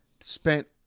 spent